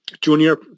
junior